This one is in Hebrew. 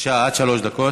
בבקשה, עד שלוש דקות.